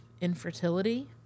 infertility